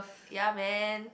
ya man